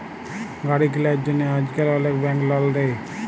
গাড়ি কিলার জ্যনহে আইজকাল অলেক ব্যাংক লল দেই